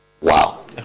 Wow